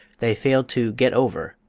they failed to get over,